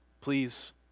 Please